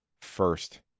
first